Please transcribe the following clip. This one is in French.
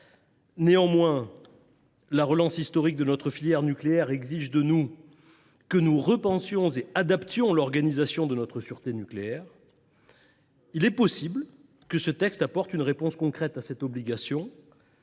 Néanmoins, la relance historique de notre filière nucléaire exige que nous repensions et adaptions l’organisation de notre sûreté nucléaire. Il est possible que ce texte apporte une réponse concrète à cette obligation